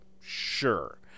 Sure